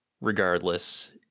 regardless